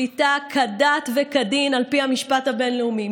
שליטה כדת וכדין על פי המשפט הבין-לאומי?